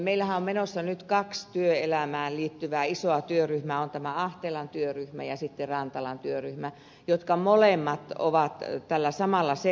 meillähän on menossa nyt kaksi työelämään liittyvää isoa työryhmää ahtelan työryhmä ja sitten rantalan työryhmä jotka molemmat ovat tällä samalla sektorilla